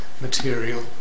material